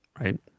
right